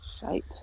Shite